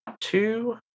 two